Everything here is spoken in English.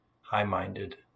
high-minded